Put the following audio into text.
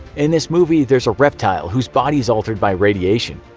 in this movie, there's a reptile whose body is altered by radiation,